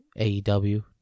AEW